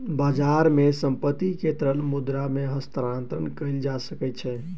बजार मे संपत्ति के तरल मुद्रा मे हस्तांतरण कयल जा सकै छै